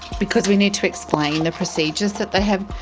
because we need to explain the procedures that they have.